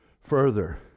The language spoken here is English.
further